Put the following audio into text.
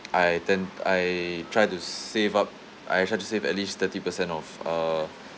I tend I try to save up I try to save at least thirty percent of uh